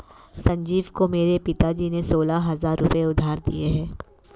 संजीव को मेरे पिताजी ने सोलह हजार रुपए उधार दिए हैं